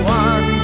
one